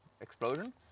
explosion